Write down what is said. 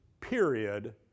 period